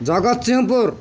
Jagatsinghpur